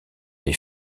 les